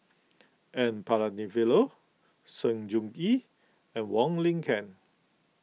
N Palanivelu Sng Choon Yee and Wong Lin Ken